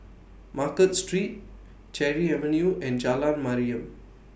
Market Street Cherry Avenue and Jalan Mariam